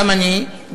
גם אני,